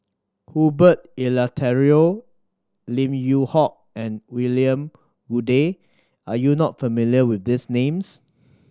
Herbert Eleuterio Lim Yew Hock and William Goode are you not familiar with these names